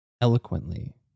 eloquently